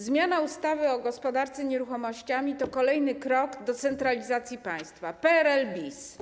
Zmiana ustawy o gospodarce nieruchomościami to kolejny krok do centralizacji państwa, PRL bis.